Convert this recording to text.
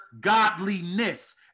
godliness